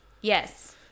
Yes